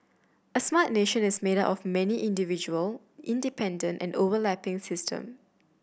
a smart nation is made up of many individual independent and overlapping system